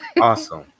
Awesome